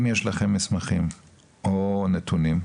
אם יש לכם מסמכים או נתונים,